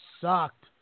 sucked